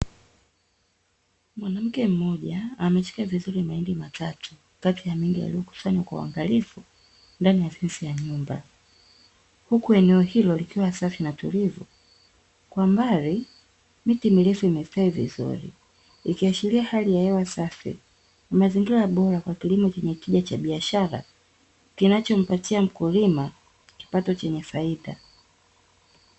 Mwanamke mmoja ameshika vizuri mahindi matatu kati ya mengi yaliyokusanywa kwa uangalifu ndani ya fensi ya nyumba, huku eneo hilo likiwa safi na tulivu, kwa mbali miti mirefu imestawi vizuri ikiashiria hali ya hewa safi, mazingira bora kwa kilimo chenye tija ya biashara kinachompatia mkulima kipato chenye faida.